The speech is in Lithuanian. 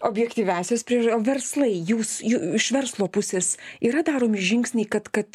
objektyviąsias priež o verslai jūs ju iš verslo pusės yra daromi žingsniai kad kad